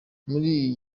muri